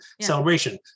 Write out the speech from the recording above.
celebration